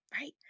right